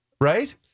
right